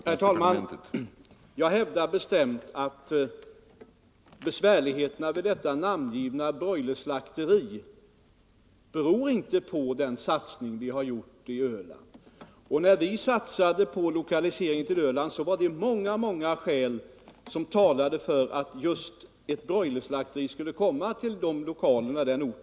é Herr talman! Jäg hävdar bestämt att besvärligheterna vid detta namn Fredagen den givna broilerslakteri inte beror på den satsning vi har gjort på Öland. När 31 januari 1975 vi satsade på lokaliseringen dit var det många skäl som talade för att just ett broilerslakteri skulle komma till lokalerna i Mörbylånga.